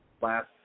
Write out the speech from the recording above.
last